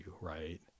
right